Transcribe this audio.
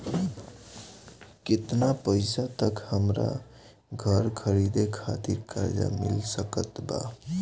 केतना पईसा तक हमरा घर खरीदे खातिर कर्जा मिल सकत बा?